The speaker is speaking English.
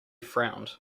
frowned